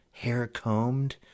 hair-combed